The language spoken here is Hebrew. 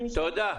תודה.